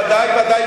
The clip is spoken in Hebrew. ודאי וודאי,